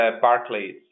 Barclays